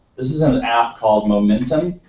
this is an app called momentum.